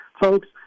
folks